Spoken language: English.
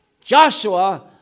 Joshua